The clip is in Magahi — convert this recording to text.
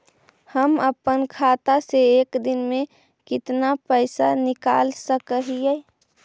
हम अपन खाता से एक दिन में कितना पैसा निकाल सक हिय?